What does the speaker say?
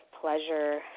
pleasure